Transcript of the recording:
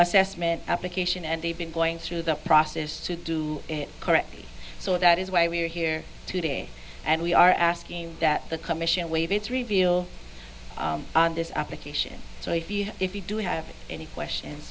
assessment application and they've been going through the process to do it correctly so that is why we are here today and we are asking that the commission waive its reveal on this application so if you if you do have any question